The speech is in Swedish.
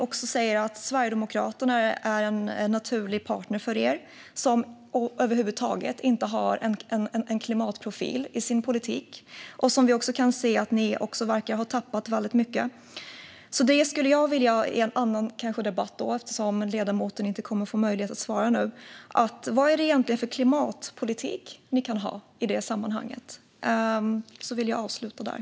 Ni säger också att Sverigedemokraterna är en naturlig partner för er, men de har över huvud taget ingen klimatprofil i sin politik. Vi kan se att ni också har tappat väldigt mycket av det. Det här skulle jag vilja höra mer om i en annan debatt. Ledamoten har ju ingen möjlighet att svara på det nu. Vilken klimatpolitik har ni egentligen i detta sammanhang?